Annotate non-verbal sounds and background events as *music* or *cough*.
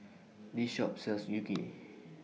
This Shop sells *unintelligible*